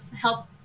help